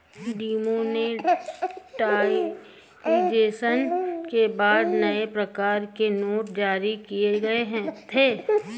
demonetisation के बाद नए प्रकार के नोट जारी किए गए थे